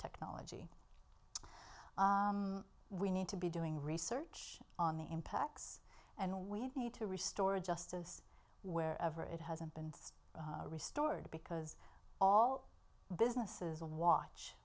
technology we need to be doing research on the impacts and we need to restore justice wherever it hasn't been restored because all businesses watch